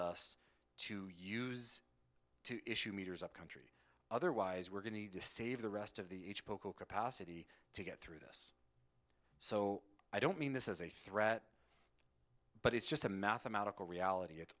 us to use to issue meters upcountry otherwise we're going to need to save the rest of the h b o capacity to get through this so i don't mean this as a threat but it's just a mathematical reality it's